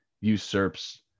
usurps